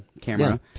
camera